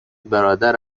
برادر